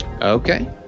Okay